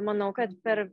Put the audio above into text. manau kad per